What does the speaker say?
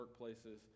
workplaces